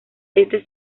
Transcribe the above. este